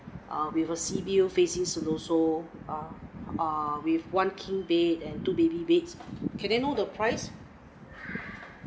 err with a sea view facing siloso err err with one king bed and two baby beds can I know the price